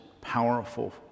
powerful